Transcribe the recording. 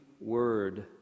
word